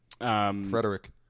Frederick